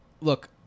look